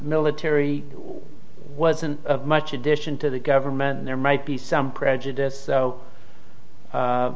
military wasn't much addition to the government and there might be some prejudice so